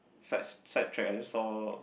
sides side track ah I just saw